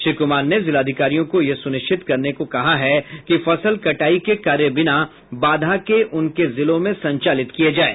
श्री कुमार ने जिलाधिकारियों को यह सुनिश्चित करने को कहा है कि फसल कटाई के कार्य बिना बाधा के उनके जिलों में संचालित किये जाये